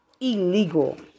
Illegal